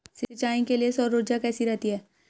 सिंचाई के लिए सौर ऊर्जा कैसी रहती है?